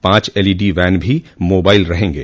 पांच LED van भी mobile रहेंगे